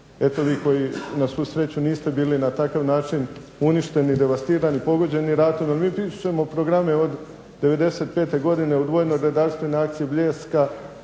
eto vi koji na svu sreću niste bili na takav način uništeni, devastirani, pogođeni ratom jer mi pišemo programe od '95. godine, od vojno-redarstvene akcije Bljeska,